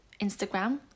Instagram